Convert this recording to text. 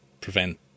prevent